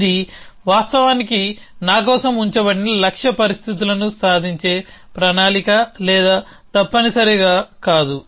ఇది వాస్తవానికి నా కోసం ఉంచబడిన లక్ష్య పరిస్థితులను సాధించే ప్రణాళిక లేదా తప్పనిసరిగా కాదు